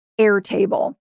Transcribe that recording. Airtable